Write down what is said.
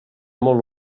molt